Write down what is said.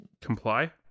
comply